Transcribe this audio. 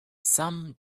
some